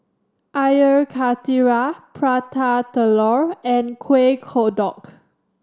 Air Karthira Prata Telur and Kueh Kodok